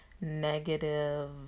negative